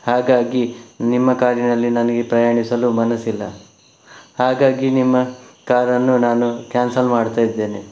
ಹಾಗಾಗಿ ನಿಮ್ಮ ಕಾರಿನಲ್ಲಿ ನನಗೆ ಪ್ರಯಾಣಿಸಲು ಮನಸ್ಸಿಲ್ಲ ಹಾಗಾಗಿ ನಿಮ್ಮ ಕಾರನ್ನು ನಾನು ಕ್ಯಾನ್ಸಲ್ ಮಾಡ್ತಾ ಇದ್ದೇನೆ